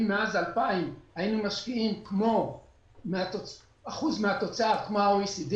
אם מאז 2000 היינו משקיעים אחוז מהתוצר כמו ה-OECD,